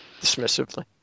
Dismissively